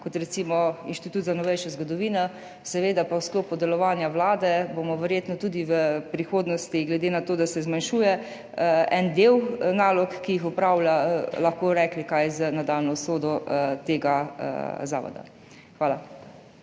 kot recimo Inštitut za novejšo zgodovino. Seveda pa bomo v sklopu delovanja Vlade verjetno tudi v prihodnosti glede na to, da se zmanjšuje en del nalog, ki jih opravlja, lahko rekli, kaj je z nadaljnjo usodo tega zavoda. Hvala.